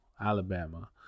Alabama